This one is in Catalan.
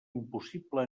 impossible